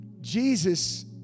Jesus